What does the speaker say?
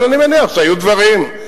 אבל אני מניח שהיו דברים,